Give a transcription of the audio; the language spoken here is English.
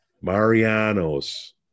Mariano's